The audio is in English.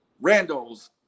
Randall's